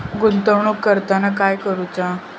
गुंतवणूक करताना काय करुचा?